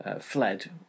fled